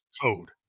code